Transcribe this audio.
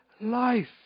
life